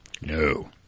No